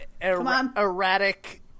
Erratic